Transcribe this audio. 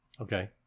Okay